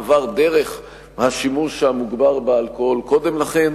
עבר דרך השימוש המוגבר באלכוהול קודם לכן.